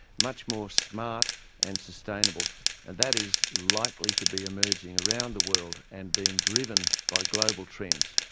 much more smart and sustainable. and that is likely to be emerging around the world and being driven by global trends.